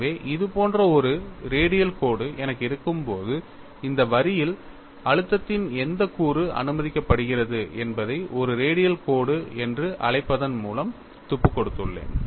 எனவே இது போன்ற ஒரு ரேடியல் கோடு எனக்கு இருக்கும்போது இந்த வரியில் அழுத்தத்தின் எந்த கூறு அனுமதிக்கப்படுகிறது என்பதை ஒரு ரேடியல் கோடு என்று அழைப்பதன் மூலம் துப்பு கொடுத்துள்ளேன்